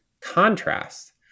contrast